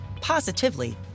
positively